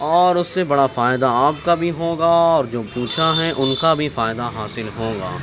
اور اس سے بڑا فائدہ آپ کا بھی ہوگا اور جو پوچھا ہے ان کا بھی فائدہ حاصل ہوگا